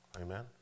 Amen